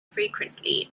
frequently